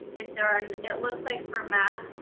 if there are an, it looks like for math,